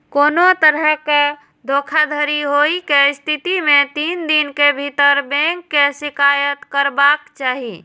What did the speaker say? कोनो तरहक धोखाधड़ी होइ के स्थिति मे तीन दिन के भीतर बैंक के शिकायत करबाक चाही